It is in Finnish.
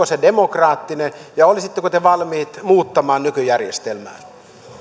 se demokraattinen ja olisitteko valmiit muuttamaa nykyjärjestelmää sitten